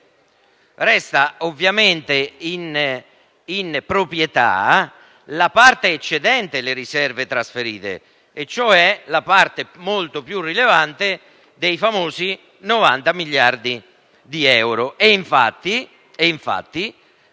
Resta ovviamente in proprietà la parte eccedente le riserve trasferite, e cioè la parte, molto più rilevante, dei famosi 90 miliardi di euro.